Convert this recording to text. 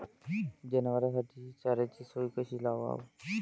जनावराइसाठी चाऱ्याची सोय कशी लावाव?